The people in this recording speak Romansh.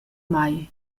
mai